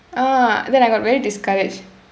ah then I got very discouraged